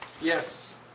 Yes